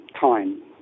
time